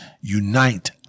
Unite